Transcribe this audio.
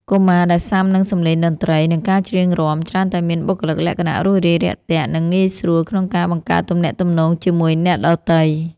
កុមារដែលស៊ាំនឹងសម្លេងតន្ត្រី និងការច្រៀងរាំ ច្រើនតែមានបុគ្គលិកលក្ខណៈរួសរាយរាក់ទាក់ និងងាយស្រួលក្នុងការបង្កើតទំនាក់ទំនងជាមួយអ្នកដទៃ។